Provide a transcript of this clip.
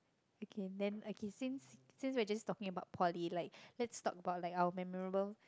okay then okay since since we just talked about poly like let's talk about our memorable